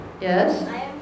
Yes